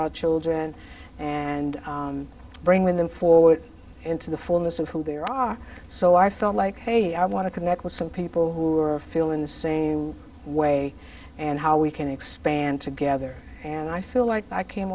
our children and bring them forward into the fullness of who they are are so i felt like hey i want to connect with some people who are feeling the same way and how we can expand together and i feel like i came